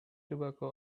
tobacco